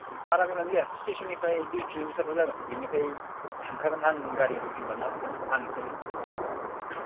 बारा गोजान जाया स्टेसन निफ्राय दुइ खिल'मिथार ल' जागोन बिनिफ्राय थांखागोन आं गारि बुखिं खालामनानै हरगोना आंनिफ्रायनो